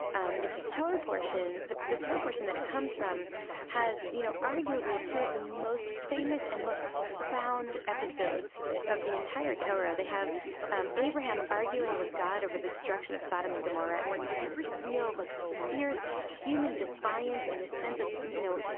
um it's a torah portion. the the torah portion that it comes from has, you know, arguably, two of the most famous and most profound episodes of the entire torah. they have um abraham arguing with god over the destruction of sodom and gomorrah and where you see this real, like, this fierce human defiance in and the sense of, you know,